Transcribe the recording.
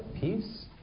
peace